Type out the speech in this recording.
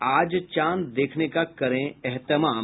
आज चांद देखने का करे एहतमाम